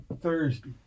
Thursday